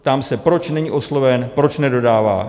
Ptám se, proč není osloven, proč nedodává?